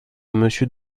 monsieur